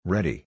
Ready